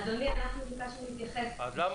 אדוני, אנחנו ביקשנו להתייחס.